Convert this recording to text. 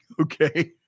Okay